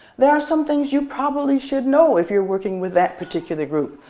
there are some things you probably should know if you're working with that particular group.